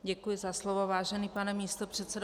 Děkuji za slovo, vážený pane místopředsedo.